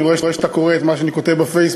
אני רואה שאתה קורא את מה שאני כותב בפייסבוק,